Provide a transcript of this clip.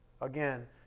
Again